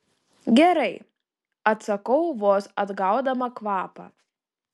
gerai atsakau vos atgaudama kvapą